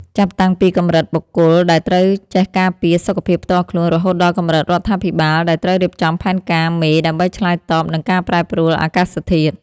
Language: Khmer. ចាប់តាំងពីកម្រិតបុគ្គលដែលត្រូវចេះការពារសុខភាពផ្ទាល់ខ្លួន រហូតដល់កម្រិតរដ្ឋាភិបាលដែលត្រូវរៀបចំផែនការមេដើម្បីឆ្លើយតបនឹងការប្រែប្រួលអាកាសធាតុ។